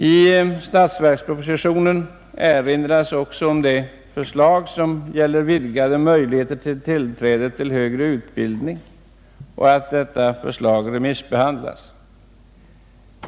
I statsverkspropositionen erinras också om det förslag som gäller vidgade möjligheter till tillträde till högre utbildning och att detta förslag remissbehandlas.